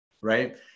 Right